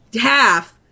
half